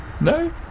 no